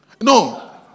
No